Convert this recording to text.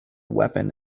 weapon